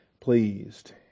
pleased